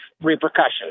repercussions